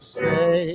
say